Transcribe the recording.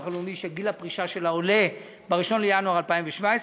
הלאומי שגיל הפרישה שלה עולה ב-1 בינואר 2017,